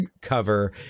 cover